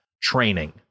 training